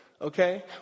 okay